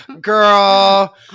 girl